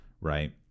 right